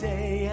Day